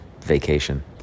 vacation